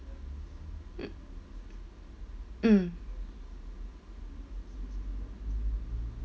mm